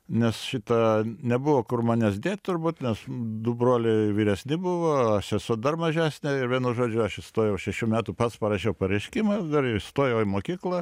nes šita nebuvo kur manęs dėt turbūt nes du broliai vyresni buvo sesuo dar mažesnė ir vienu žodžiu aš įstojau šešių metų pats parašiau pareiškimą ir įstojau į mokyklą